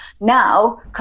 now